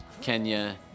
Kenya